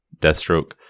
Deathstroke